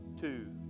two